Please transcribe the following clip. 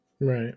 Right